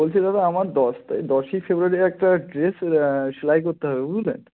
বলছি দাদা আমার দশ দশই ফেব্রুয়ারি একটা ড্রেস সেলাই করতে হবে বুঝলেন